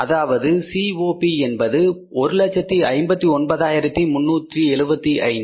அதாவது சிஓபி என்பது 159375